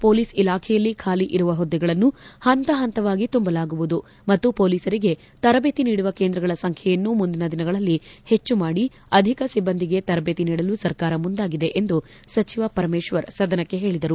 police ಇಲಾಖೆಯಲ್ಲಿ ಖಾಲಿ ಇರುವ ಹುದ್ದೆಗಳನ್ನು ಹಂತಹಂತವಾಗಿ ತುಂಬಲಾಗುವುದು ಮತ್ತು ಪೊಲೀಸರಿಗೆ ತರದೇತಿ ನೀಡುವ ಕೇಂದ್ರಗಳ ಸಂಬೈಯನ್ನು ಮುಂದಿನ ದಿನಗಳಲ್ಲಿ ಹೆಚ್ಚು ಮಾಡಿ ಅಧಿಕ ಸಿಬ್ಬಂದಿಗೆ ತರಬೇತಿ ನೀಡಲು ಸರ್ಕಾರ ಮುಂದಾಗಿದೆ ಎಂದು ಸಚಿವ ಪರಮೇತ್ವರ್ ಸದನಕ್ಕೆ ಹೇಳಿದರು